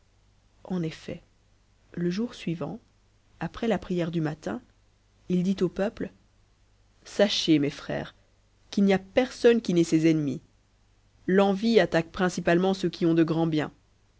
en effet le jour suivant après la prière du matin il dit au peuple sachez mes frères qu'il n y a personne qui n'ait ses ennemis l'envie attaque principalement ceux qui ont de grands biens